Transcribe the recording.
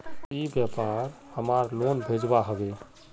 ई व्यापार हमार लोन भेजुआ हभे?